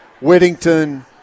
Whittington